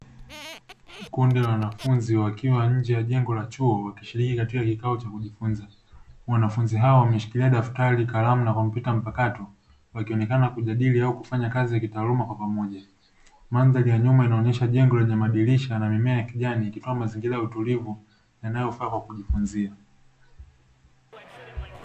Kundi la wanafunzi wakiwa nje ya jengo la chuo wakishiriki katika kikao cha kujifunza. Wanafunzi hao wameshikila daftari, kalamu, na kompyuta mpakato, wakionekana kujadili au kufanya kazi ya kitaaluma kwa pamoja. Mandhari ya nyuma inaonyesha jengo lenye madirisha na mimea ya kijani, ikitoa mazingira ya utulivu yanayofaa kwa kujifunzia.